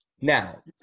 Now